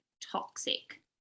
toxic